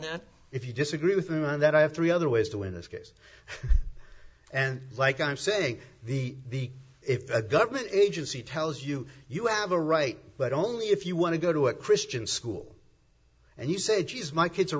that if you disagree with that i have three other ways to win this case and like i'm saying the the if a government agency tells you you have a right but only if you want to go to a christian school and you say geez my kids are